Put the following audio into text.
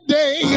day